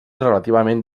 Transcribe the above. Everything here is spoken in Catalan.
relativament